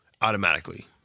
automatically